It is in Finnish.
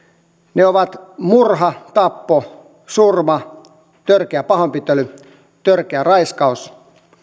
ne ovat murha tappo surma törkeä pahoinpitely törkeä raiskaus